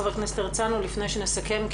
חבר הכנסת הרצנו לפני שנסכם,